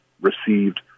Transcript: received